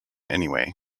anyway